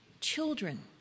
Children